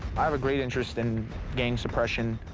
i have a great interest in gang suppression.